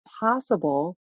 possible